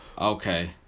Okay